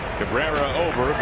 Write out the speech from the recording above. cabrera over,